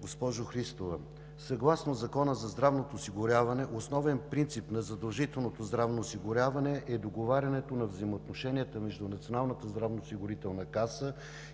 госпожо Христова, съгласно Закона за здравното осигуряване основен принцип на задължителното здравно осигуряване е договарянето на взаимоотношенията между Националната здравноосигурителна каса и изпълнителите на